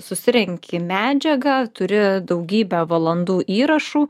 susirenki medžiagą turi daugybę valandų įrašų